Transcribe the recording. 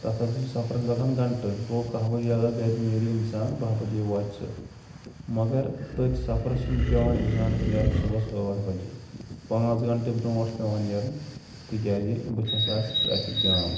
تَتھ ہَسا چھِ سفرَس لَگان گَنٛٹہٕ گوٚو کاہ بَجے اگر گَرِ نٮ۪رِ اِنسان بَہہ بَجے واتہِ سُہ مگر تٔتھۍ سفرَس چھِ نہِ پٮ۪وان اِنسانَس نٮ۪رُن صُبَحس ٲٹھ بَجے پانٛژھ گَنٛٹہٕ برونٛٹھ چھُ پٮ۪وان نیرُن تِکیٛازِ بٕتھہٕ ہَسا آسہِ ٹرٛیفِک جام